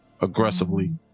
aggressively